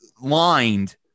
lined